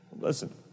listen